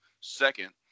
second